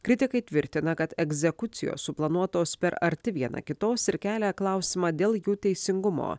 kritikai tvirtina kad egzekucijos suplanuotos per arti viena kitos ir kelia klausimą dėl jų teisingumo